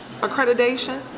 accreditation